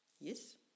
Yes